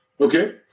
Okay